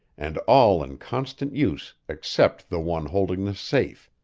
and all in constant use except the one holding the safe.